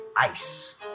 ice